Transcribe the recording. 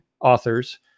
authors